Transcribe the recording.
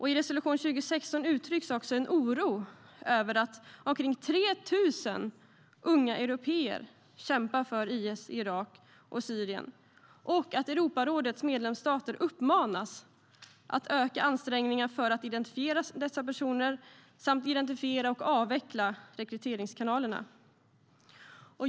I resolution 2016 uttrycks också en oro över att omkring 3 000 unga européer kämpar för IS i Irak och Syrien. Europarådets medlemsstater uppmanas att öka ansträngningarna för att identifiera dessa personer samt identifiera och avveckla rekryteringskanalerna.